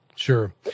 Sure